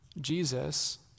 Jesus